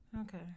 okay